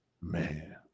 man